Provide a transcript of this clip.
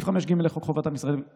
6. סעיף 5(ג) לחוק חובת המכרזים,